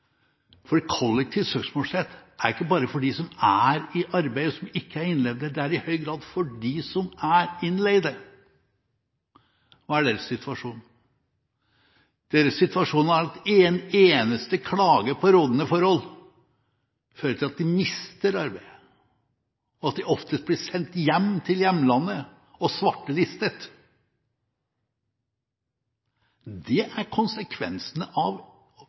Kollektiv søksmålsrett er ikke bare for dem som er i arbeid, som ikke er innleid. Det er i høy grad for dem som er innleid. Hva er deres situasjon? Deres situasjon er at en eneste klage på rådende forhold fører til at de mister arbeidet, og at de oftest blir sendt hjem til hjemlandet og svartelistet. Det er konsekvensene av